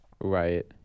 Right